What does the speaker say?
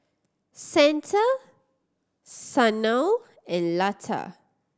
Santha Sanal and Lata